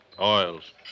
Oils